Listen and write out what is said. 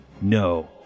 No